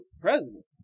president